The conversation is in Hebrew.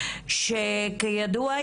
שכידוע,